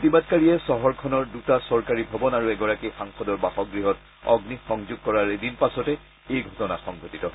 প্ৰতিবাদকাৰীয়ে চহৰখনৰ দুটা চৰকাৰী ভৱন আৰু এগৰাকী সাংসদৰ বাসগৃহত অগ্নি সংযোগ কৰাৰ এদিন পাছতে এই ঘটনা সংঘটিত হয়